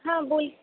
हां बोल